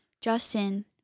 Justin